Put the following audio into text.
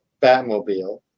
Batmobile